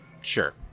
sure